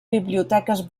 biblioteques